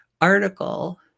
article